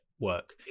work